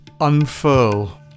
Unfurl